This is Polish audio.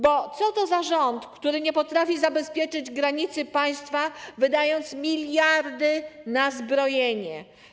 Bo co to za rząd, który nie potrafi zabezpieczyć granicy państwa, wydając miliardy na zbrojenie?